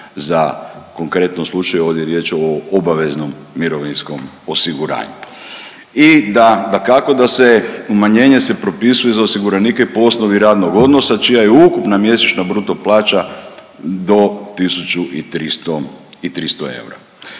u konkretnom slučaju ovdje je riječ o obaveznom mirovinskom osiguranju. I da, dakako da se, umanjenje se propisuje za osiguranike po osnovi radnog odnosa čija je ukupna mjesečna bruto plaća do tisuću